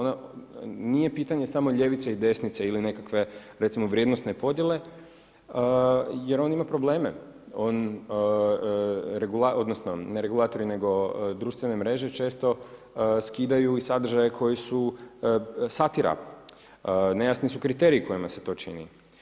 Nije pitanje samo ljevice i desnice ili nekakve recimo vrijednosne podjele, jer on ima probleme, regulatori, odnosno ne regulatori, nego društvene mreže često skidaju i sadržaje koji su satira, nejasni su kriteriji kojima se to čini.